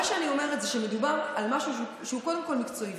מה שאני אומרת זה שמדובר על משהו שהוא קודם כול מקצועי.